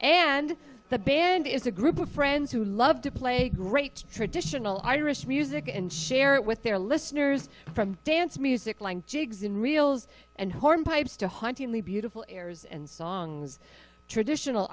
and the band is a group of friends who love to play great traditional irish music and share it with their listeners from dance music jigs and reels and horn pipes to hauntingly beautiful airs and songs traditional